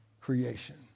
creation